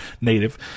native